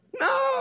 No